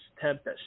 Tempest